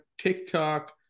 TikTok